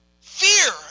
fear